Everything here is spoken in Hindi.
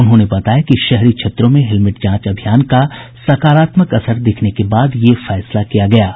उन्होंने बताया कि शहरी क्षेत्रों में हेलमेट जांच अभियान का सकारात्मक असर दिखने के बाद यह फैसला किया गया है